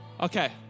Okay